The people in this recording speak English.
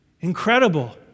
Incredible